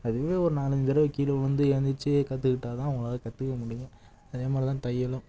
அதுவே ஒரு நாலஞ்சு தடவ கீழே விழுந்து ஏந்திரிச்சு கற்றுக்கிட்டா தான் அவங்களால கற்றுக்க முடியும் அதே மாதிரி தான் தையலும்